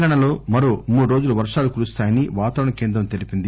తెలంగాణలో మరో మూడు రోజులు వర్షాలు కురుస్తాయని వాతావరణ కేంద్రం తెలిపింది